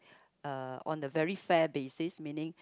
uh on a very fair basics meaning